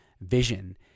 Vision